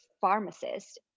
pharmacist